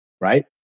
right